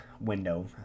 window